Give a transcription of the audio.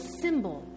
symbol